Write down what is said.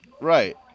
Right